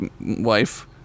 wife